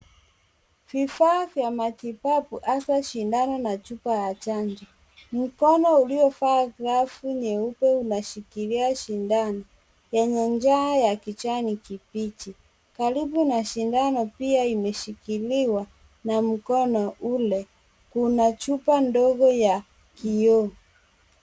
Vifaa vya matibabu hasa sindano na chupa ya chanjo. Mkono uliovaa glavu nyeupe unashikilia sindano yenye ncha ya kijani kibichi. Karibu na sindano pia imeshikiliwa na mkono ule, kuna chupa ndogo ya kioo.